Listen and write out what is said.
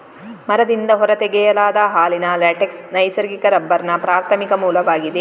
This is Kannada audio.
ಮರದಿಂದ ಹೊರ ತೆಗೆಯಲಾದ ಹಾಲಿನ ಲ್ಯಾಟೆಕ್ಸ್ ನೈಸರ್ಗಿಕ ರಬ್ಬರ್ನ ಪ್ರಾಥಮಿಕ ಮೂಲವಾಗಿದೆ